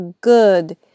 good